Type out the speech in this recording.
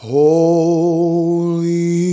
holy